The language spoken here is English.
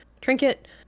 Trinket